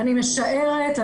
אני משערת,